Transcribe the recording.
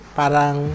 parang